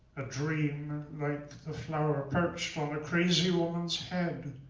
a dream, like the flower perched on a crazy woman's head.